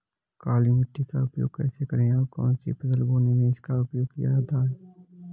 काली मिट्टी का उपयोग कैसे करें और कौन सी फसल बोने में इसका उपयोग किया जाता है?